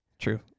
True